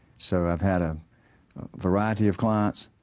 so i've had a variety of clients.